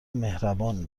مهربان